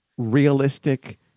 Realistic